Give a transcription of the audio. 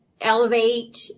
elevate